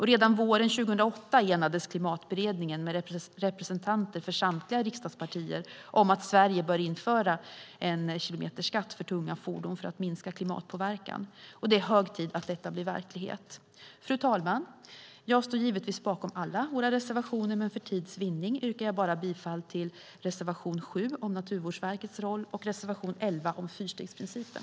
Redan våren 2008 enades Klimatberedningen, med representanter för samtliga riksdagspartier, om att Sverige bör införa en kilometerskatt för tunga fordon för att minska klimatpåverkan. Det är hög tid att detta blir verklighet. Fru talman! Jag står givetvis bakom alla våra reservationer, men för tids vinnande yrkar jag bifall bara till reservation 7 om Naturvårdsverkets roll och reservation 11 om fyrstegsprincipen.